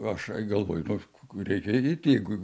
aš galvoju nu reikia eit jeigu